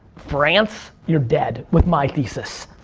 france, you're dead with my thesis.